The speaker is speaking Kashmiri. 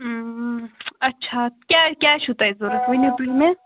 اَچھا کیٛاہ کیٛاہ چھُو تۄہہِ ضوٚرَتھ ؤنِو تُہۍ مےٚ